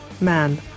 Man